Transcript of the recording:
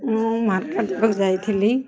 ମୁଁ ମାର୍କେଟ୍କୁ ଯାଇଥିଲି